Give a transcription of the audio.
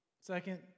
second